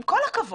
עם כל הכבוד,